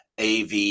AV